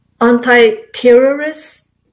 anti-terrorists